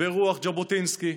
ברוח ז'בוטינסקי,